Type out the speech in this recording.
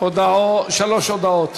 שלוש הודעות.